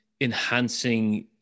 enhancing